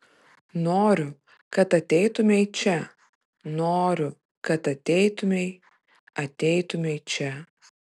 noriu kad ateitumei čia noriu kad ateitumei ateitumei čia